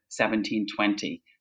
1720